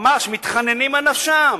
ממש מתחננים על נפשם.